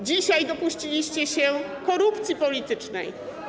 Dzisiaj dopuściliście się korupcji politycznej.